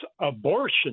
abortion